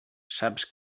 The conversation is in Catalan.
saps